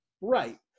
right